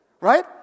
Right